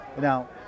Now